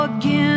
again